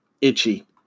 itchy